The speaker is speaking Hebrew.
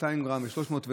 200 גרם ו-300 גרם,